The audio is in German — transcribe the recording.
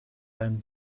ein